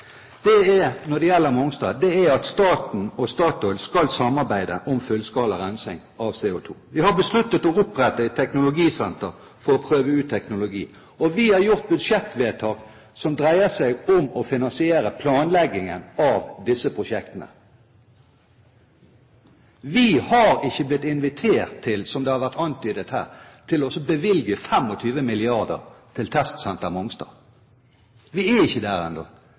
gjelder Mongstad, er at staten og Statoil skal samarbeide om fullskala rensing av CO2. Vi har besluttet å opprette et teknologisenter for å prøve ut teknologi, og vi har gjort budsjettvedtak som dreier seg om å finansiere planleggingen av disse prosjektene. Vi har ikke blitt invitert til, som det har vært antydet her, å bevilge 25 mrd. kr til testsenter på Mongstad. Vi er ikke der